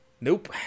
nope